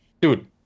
Dude